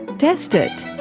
test it!